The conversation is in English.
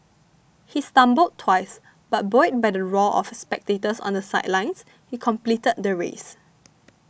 he stumbled twice but buoyed by the roar of spectators on the sidelines he completed the race